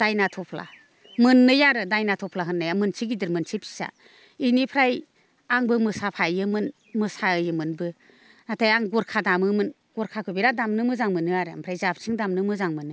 दायना थफ्ला मोननै आरो दायना थफ्ला होननाया मोनसे गिदिर मोनसे फिसा बेनिफ्राय आंबो मोसाफायोमोन मोसायोमोनबो नाथाय आं गरखा दामोमोन गरखाखौ बिराद दामनो मोजां मोनो आरो ओमफ्राय जाबस्रिं दामनो मोजां मोनो